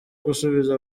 gusubiza